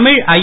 தமிழ்ஐ